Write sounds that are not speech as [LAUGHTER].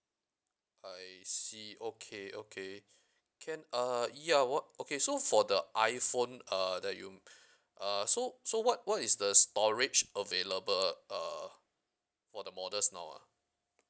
I see okay okay [BREATH] can uh ya what okay so for the iphone uh that you [BREATH] uh so so what what is the storage available uh for the models now ah